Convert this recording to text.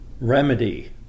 remedy